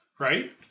Right